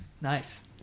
Nice